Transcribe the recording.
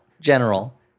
General